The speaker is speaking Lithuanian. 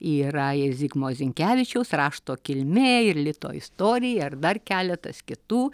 yra ir zigmo zinkevičiaus rašto kilmė ir lito istorija ir dar keletas kitų